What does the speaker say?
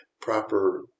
proper